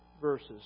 verses